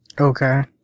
Okay